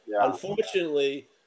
Unfortunately